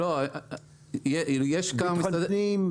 ביטחון פנים,